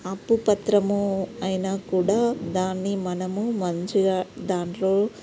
అప్పు పత్రము అయినా కూడా దాన్ని మనము మంచిగా దాంట్లో